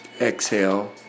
exhale